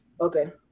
Okay